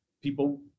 people